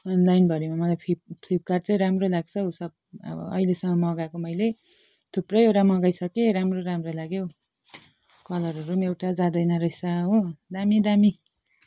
अनलाइनभरिमा मलाई फिप फ्लिपकार्ट चाहिँ राम्रो लाग्छ हौ सब अब अहिलेसम मगाएको मैले थुप्रैवटा मगाइसकेँ राम्रो राम्रो लाग्यो हौ कलरहरू एउटा जाँदैन रहेछ हो दामी दामी